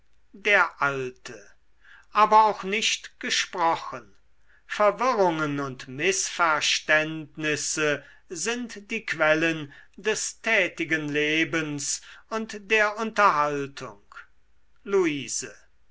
der alte aber auch nicht gesprochen verwirrungen und mißverständnisse sind die quellen des tätigen lebens und der unterhaltung luise